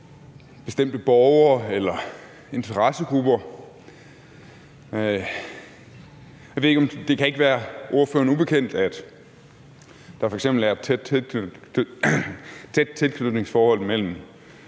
bestemte borgere eller interessegrupper. Det kan ikke være ordføreren ubekendt, at der f.eks. er et tæt tilknytningsforhold mellem